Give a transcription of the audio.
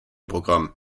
programm